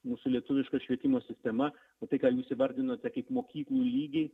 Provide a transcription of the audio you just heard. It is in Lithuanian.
mūsų lietuviška švietimo sistema o tai ką jūs įvardinote kaip mokyklų lygiai